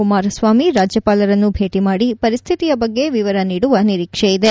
ಕುಮಾರಸ್ವಾಮಿ ರಾಜ್ಯಪಾಲರನ್ನು ಭೇಟಿ ಮಾದಿ ಪರಿಸ್ಥಿತಿಯ ಬಗ್ಗೆ ವಿವರ ನೀಡುವ ನಿರೀಕ್ಷೆ ಇದೆ